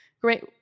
great